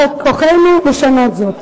בכוחנו לשנות זאת.